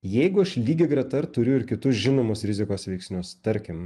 jeigu aš lygiagreta ir turiu ir kitus žinomus rizikos veiksnius tarkim